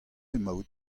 emaout